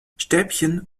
stäbchen